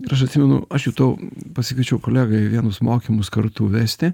ir aš atsimenu aš jutau pasikviečiau kolegą į vienus mokymus kartu vesti